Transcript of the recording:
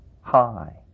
high